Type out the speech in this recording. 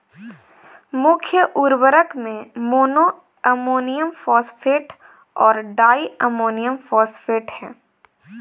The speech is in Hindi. मुख्य उर्वरक में मोनो अमोनियम फॉस्फेट और डाई अमोनियम फॉस्फेट हैं